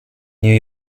new